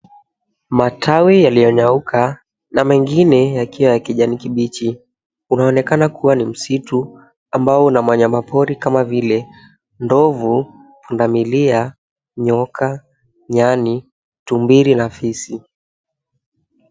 Matawi yaliyonyauka na mengine yakiwa ya kijani kibichi, inaonekana kuwa ni msitu ambao unawanyama pori kama vile ndovu, punda milia, nyoka, nyani tumbili na fisi.